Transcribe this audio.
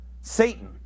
Satan